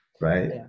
right